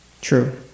True